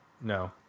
no